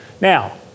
now